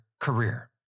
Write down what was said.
career